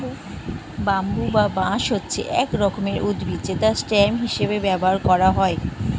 bamboo বা বাঁশ হচ্ছে এক রকমের উদ্ভিদ যেটা স্টেম হিসেবে ব্যবহার করা হয়